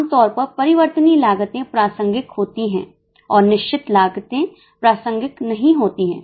आम तौर पर परिवर्तनीय लागतें प्रासंगिक होती हैं और निश्चित लागतें प्रासंगिक नहीं होती हैं